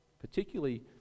particularly